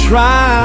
Try